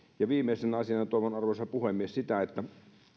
viimeisenä asiana toivon arvoisa puhemies sitä että